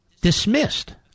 dismissed